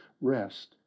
Rest